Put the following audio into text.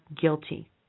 guilty